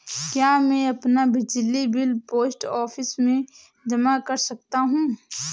क्या मैं अपना बिजली बिल पोस्ट ऑफिस में जमा कर सकता हूँ?